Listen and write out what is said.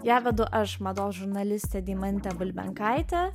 ją vedu aš mados žurnalistė deimantė bulbenkaitė